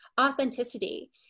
authenticity